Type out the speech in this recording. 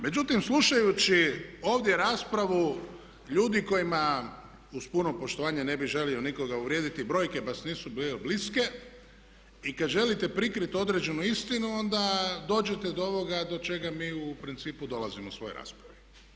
Međutim, slušajući ovdje raspravu ljudi kojima uz puno poštovanja ne bi želio nikoga uvrijediti, brojke baš nisu bile bliske i kad želite prikriti određenu istinu onda dođete do ovoga do čega mi u principu dolazimo u svojoj raspravi.